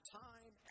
time